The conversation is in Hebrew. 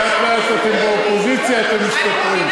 לאט-לאט אתם באופוזיציה, אתם משתפרים.